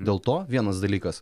dėl to vienas dalykas